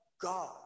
God